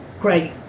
Great